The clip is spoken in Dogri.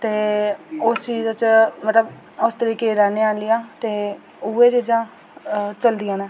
ते उस चीज़ च मतलब उस तरीके दी रैह्ने आह्ली आं ते उ'यै चीज़ां चलदियां न